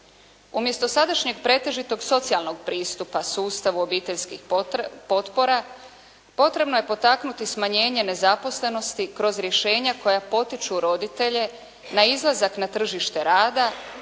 Umjesto sadašnjeg pretežitog socijalnog pristupa sustavu obiteljskih potpora potrebno je potaknuti smanjenje nezaposlenosti kroz rješenja koja potiču roditelje na izlazak na tržište rada,